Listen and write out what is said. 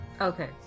Okay